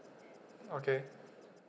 okay